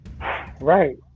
Right